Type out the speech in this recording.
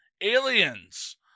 Aliens